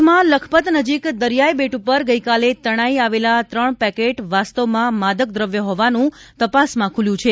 કચ્છમાં લખપત નજીક દરિયાઈ બેટ ઉપર ગઈકાલે તણાઈ આવેલા ત્રણ પેકેટ વાસ્તવમાં માદક દ્રવ્ય હોવાનું તપાસમાં ખૂલ્યું છે